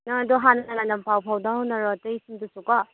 ꯅꯪ ꯑꯗꯣ ꯍꯥꯟꯅꯅ ꯄꯥꯎ ꯐꯥꯎꯗꯣꯛꯅꯔꯣ ꯑꯇꯩꯁꯤꯡꯗꯨꯁꯨ ꯀꯣ